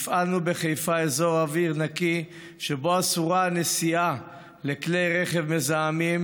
הפעלנו בחיפה אזור אוויר נקי שבו אסורה הנסיעה לכלי רכב מזהמים,